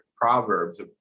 proverbs